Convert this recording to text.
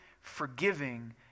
forgiving